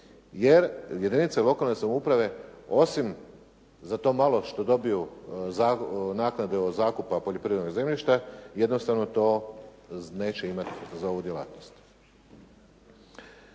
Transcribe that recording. jer jedinice lokalne samouprave osim za to malo što dobiju za naknade poljoprivrednog zemljišta jednostavno to neće imati za ovu djelatnost.